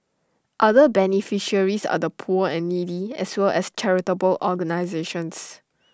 other beneficiaries are the poor and needy as well as charitable organisations